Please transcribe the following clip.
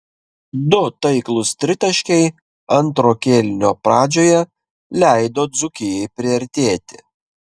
du taiklūs tritaškiai antro kėlinio pradžioje leido dzūkijai priartėti